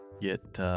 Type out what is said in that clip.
get